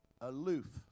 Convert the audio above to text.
aloof